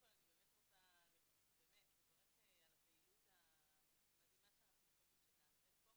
באמת רוצה לברך על הפעילות המדהימה שאנחנו שומעים שנעשית פה.